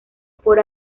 por